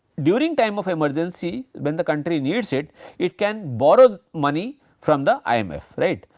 during time of emergency when the country needs it it can borrow money from the imf right.